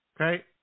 Okay